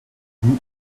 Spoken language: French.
vous